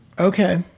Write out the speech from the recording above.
Okay